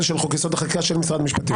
של חוק יסוד: החקיקה של משרד המשפטים?